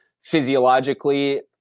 physiologically